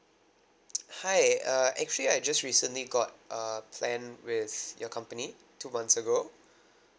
hi uh actually I just recently got uh plan with your company two months ago